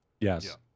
Yes